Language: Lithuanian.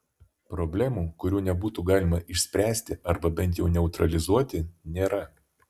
problemų kurių nebūtų galima išspręsti arba bent jau neutralizuoti nėra